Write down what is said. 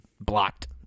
blocked